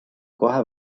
kohe